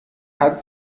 hat